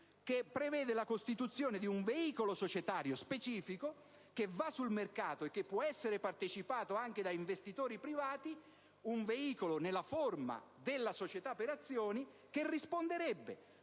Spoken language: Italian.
che prevede la costituzione di un veicolo societario specifico che va sul mercato e che può essere partecipato anche da investitori privati: un veicolo nella forma della società per azioni, che risponderebbe,